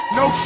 no